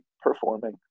performing